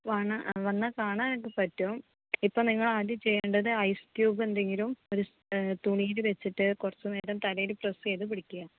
വാണ വന്നാൽ കാണാനൊക്കെ പറ്റും ഇപ്പോൾ നിങ്ങൾ ആദ്യം ചെയ്യേണ്ടത് ഐസ് ക്യൂബ് എന്തെങ്കിലും ഒരു തുണിയില് വെച്ചിട്ട് കുറച്ച് നേരം തലയില് പ്രെസ്സെയ്ത് പിടിക്കുക